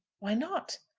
why not?